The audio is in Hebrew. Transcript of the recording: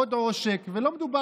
עוד עושק.